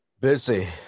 Busy